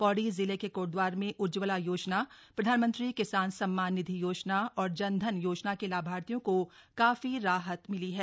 पौड़ी जिले के कोटद्वार में उज्जवला योजना प्रधानमंत्री किसान सम्मान निधि योजना और जन धन योजना के लाभार्थियों को काफी राहत मिली है